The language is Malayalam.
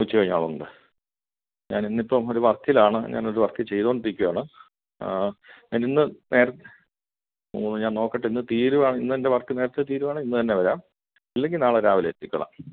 ഉച്ച കഴിഞ്ഞാളുണ്ട് ഞാന് ഇന്നിപ്പോൾ ഒരു വര്ക്കിലാണ് ഞാന് ഒരു വര്ക്ക് ചെയ്തോണ്ടിരിക്കയാണ് ഞാനിന്ന് നേരം ഞാന് നോക്കട്ടെ ഇന്ന് തീരുവാണെങ്കിൽ ഇന്നെന്റെ വര്ക്ക് നേരത്തെ തീരുവാണെങ്കില് ഇന്ന് തന്നെ വരാം അല്ലെങ്കിൽ നാളെ രാവിലെ എത്തിക്കോളാം